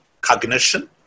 cognition